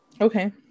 Okay